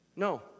No